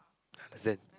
I understand